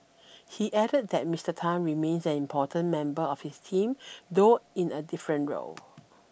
he added that Mister Tan remains an important member of his team though in a different role